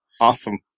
Awesome